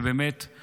שבאמת זה